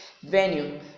venue